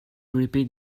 repeat